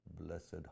blessed